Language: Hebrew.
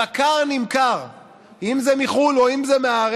אם זה מחו"ל או אם זה מהארץ,